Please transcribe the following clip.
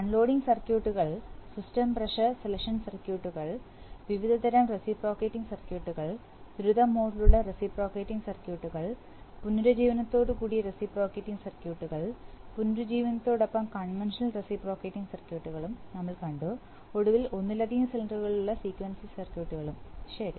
unloading സർക്യൂട്ടുകൾ system pressure selection സർക്യൂട്ടുകൾ വിവിധതരം റെസിപ്രോക്കേറ്റിംഗ് സർക്യൂട്ടുകൾ ദ്രുത മോഡുകളുള്ള റെസിപ്രോക്കേറ്റിംഗ് സർക്യൂട്ടുകൾ പുനരുജ്ജീവനത്തോടുകൂടിയ റെസിപ്രോക്കേറ്റിംഗ് സർക്യൂട്ടുകൾ പുനരുജ്ജീവനനോടൊപ്പം കൺവെൻഷണൽ റെസിപ്രോക്കേറ്റിംഗ് സർക്യൂട്ട്കളും നിങ്ങൾ കണ്ടു ഒടുവിൽ ഒന്നിലധികം സിലിണ്ടറുകളുള്ള സീക്വൻസിംഗ് സർക്യൂട്ട്കളും ശരി